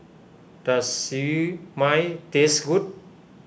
does Siew Mai taste good